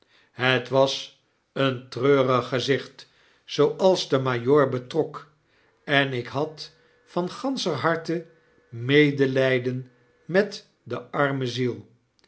het was een treurig gezicht zooals de majoor betrok en ik had van ganscher harte medelyden met de arme ziel